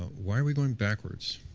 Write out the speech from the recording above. ah why are we going backwards?